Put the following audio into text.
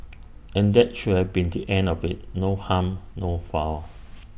and that should have been the end of IT no harm no foul